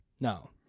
no